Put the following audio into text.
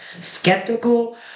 skeptical